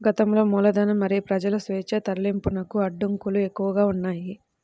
గతంలో మూలధనం మరియు ప్రజల స్వేచ్ఛా తరలింపునకు అడ్డంకులు ఎక్కువగా ఉన్నాయి